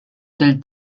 del